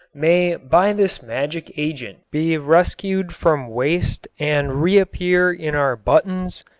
may by this magic agent be rescued from waste and reappear in our buttons,